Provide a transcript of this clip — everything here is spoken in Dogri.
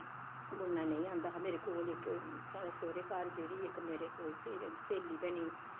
बुनना नेईं आंदा हा मेरे कोल इक साढ़े सौह्रे घर जेह्ड़ी इक मेरे कोल स्हेली बनी